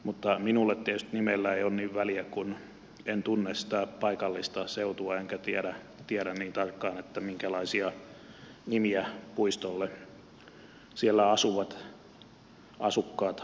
mutta minulle tietysti nimellä ei ole niin väliä kun en tunne sitä paikallista seutua enkä tiedä niin tarkkaan minkälaisia nimiä puistolle siellä asuvat asukkaat haluaisivat